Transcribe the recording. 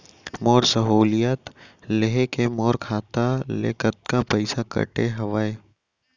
मोर सहुलियत लेहे के मोर खाता ले कतका पइसा कटे हवये?